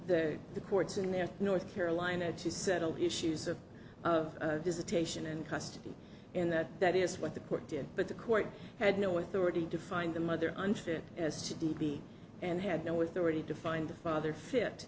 of the courts in their north carolina to settle issues of visitation and custody and that that is what the court did but the court had no authority to find the mother unfit as g d p and had no authority to find the father fit